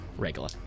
Regular